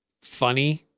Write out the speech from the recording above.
funny